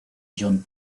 john